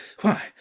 Why